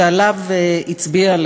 שעליו הצביעה,